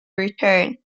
return